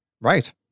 Right